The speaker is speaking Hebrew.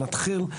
הבה נתחיל,